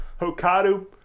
Hokkaido